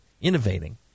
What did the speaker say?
Innovating